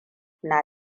na